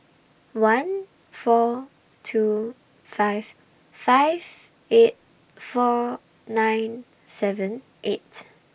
one four two five five eight four nine seven eight